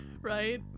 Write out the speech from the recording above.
Right